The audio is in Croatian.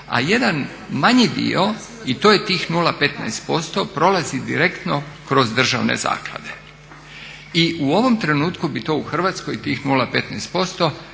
a jedan manji dio i to je tih 0,15% prolazi direktno kroz državne zaklade. I u ovom trenutku bi to u Hrvatskoj tih 0,15%